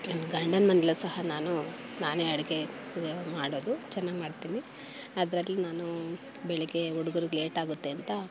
ನನ್ನ ಗಂಡನ ಮನೆಯಲ್ಲೂ ಸಹ ನಾನು ನಾನೇ ಅಡುಗೆ ಮಾಡೋದು ಚೆನ್ನಾಗಿ ಮಾಡ್ತೀನಿ ಅದರಲ್ಲಿ ನಾನು ಬೆಳಗ್ಗೆ ಹುಡುಗ್ರಿಗೆ ಲೇಟಾಗುತ್ತೆ ಅಂತ